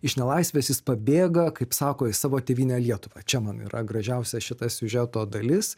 iš nelaisvės jis pabėga kaip sako į savo tėvynę lietuvą čia man yra gražiausia šita siužeto dalis